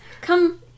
come